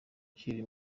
ukiri